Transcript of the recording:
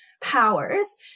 powers